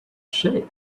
shape